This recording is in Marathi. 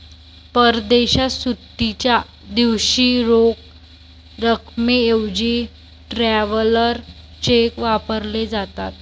परदेशात सुट्टीच्या दिवशी रोख रकमेऐवजी ट्रॅव्हलर चेक वापरले जातात